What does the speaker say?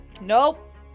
Nope